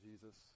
Jesus